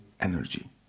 energy